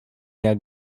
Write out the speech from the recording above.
jak